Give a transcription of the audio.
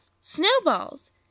snowballs